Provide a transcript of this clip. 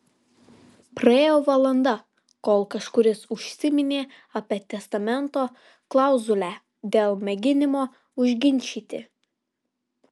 praėjo valanda kol kažkuris užsiminė apie testamento klauzulę dėl mėginimo užginčyti